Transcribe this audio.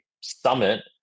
summit